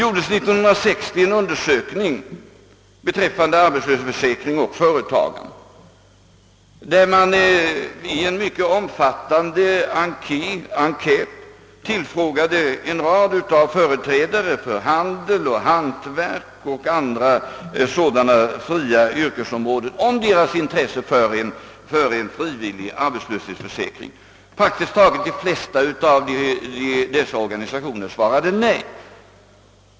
År 1960 gjordes en: undersökning be enkät tillfrågade man en rad företrädare för handel, hantverk och andra fria yrkesområden. om. deras intresse för en frivillig arbetslöshetsförsäkring. De flesta av dessa organisationer svarade nej.